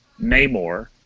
Namor